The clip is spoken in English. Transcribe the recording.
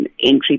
entry